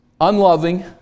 unloving